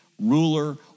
ruler